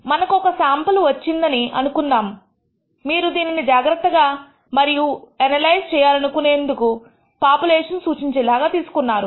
మనకు ఒక శాంపుల్ వచ్చిందని అనుకున్నాము మీరు దీనిని చాలా జాగ్రత్తగా మరియు మీరు ఎనలైజ్ చెయ్యాలనుకునే పాపులేషన్ సూచించే లాగా తీసుకున్నారు